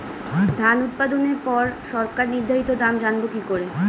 ধান উৎপাদনে পর সরকার নির্ধারিত দাম জানবো কি করে?